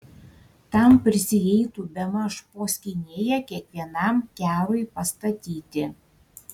tam prisieitų bemaž po skynėją kiekvienam kerui pastatyti